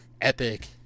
epic